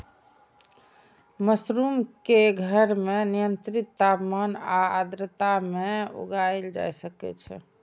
mushroom कें घर मे नियंत्रित तापमान आ आर्द्रता मे उगाएल जा सकै छै